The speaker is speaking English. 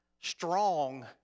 strong